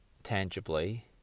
tangibly